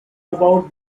about